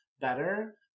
better